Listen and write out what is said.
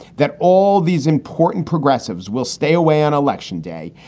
that all these important progressives will stay away on election day,